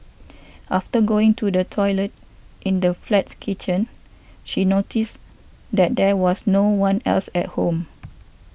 after going to the toilet in the flat's kitchen she noticed that there was no one else at home